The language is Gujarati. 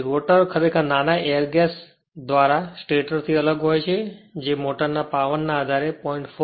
તેથી રોટર ખરેખર નાના એર ગેસ દ્વારા સ્ટેટર થી અલગ હોય છે જે મોટરના પાવર ના આધારે 0